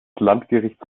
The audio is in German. landgerichts